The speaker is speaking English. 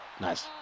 Nice